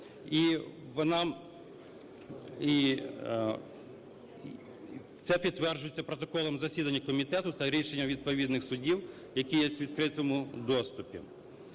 це підтверджується протоколом засідання комітету та рішенням відповідних судів, які є у відкритому доступі.